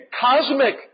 cosmic